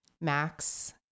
Max